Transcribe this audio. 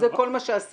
זה כל מה שעשיתם.